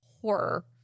horror